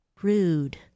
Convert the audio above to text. rude